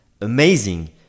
amazing